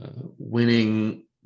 winning